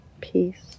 Peace